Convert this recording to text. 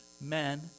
men